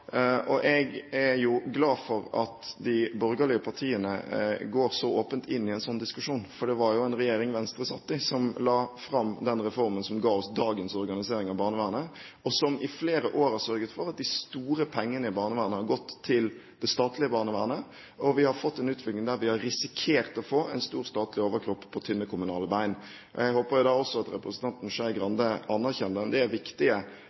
Jeg er glad for at de borgerlige partiene går så åpent inn i en sånn diskusjon, for det var jo en regjering Venstre satt i, som la fram den reformen som ga oss dagens organisering av barnevernet, og som i flere år har sørget for at de store pengene i barnevernet har gått til det statlige barnevernet. Vi har fått en utvikling der vi har risikert å få en stor statlig overkropp på tynne kommunale bein. Jeg håper også at representanten Skei Grande anerkjenner det viktige